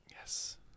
Yes